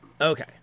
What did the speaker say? okay